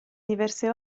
diverse